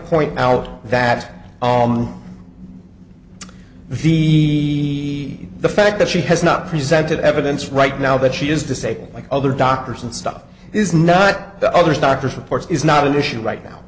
point out that v the fact that she has not presented evidence right now that she is to say like other doctors and stuff is not the other doctors reports is not an issue right now